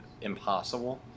impossible